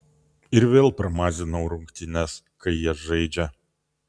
ir vėl pramazinau rungtynes kai jie žaidžia